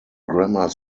grammar